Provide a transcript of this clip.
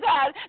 God